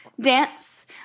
dance